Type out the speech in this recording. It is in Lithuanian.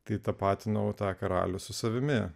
kai tapatinau tą karalių su savimi